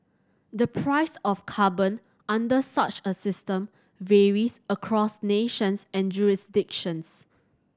the price of carbon under such a system varies across nations and jurisdictions